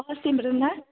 अ सिमरोन ना